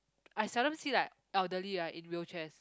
I seldom see like elderly right in wheelchairs